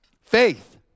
Faith